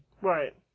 Right